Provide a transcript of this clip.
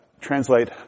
translate